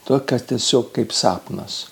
to kad tiesiog kaip sapnas